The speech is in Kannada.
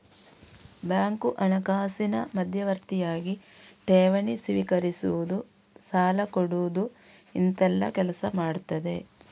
ಬ್ಯಾಂಕು ಹಣಕಾಸಿನ ಮಧ್ಯವರ್ತಿಯಾಗಿ ಠೇವಣಿ ಸ್ವೀಕರಿಸುದು, ಸಾಲ ಕೊಡುದು ಇಂತೆಲ್ಲ ಕೆಲಸ ಮಾಡ್ತದೆ